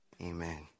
Amen